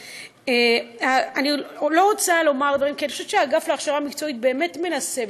אני חושבת שהאגף להכשרה מקצועית באמת מנסה,